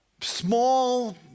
small